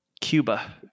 Cuba